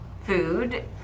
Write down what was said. food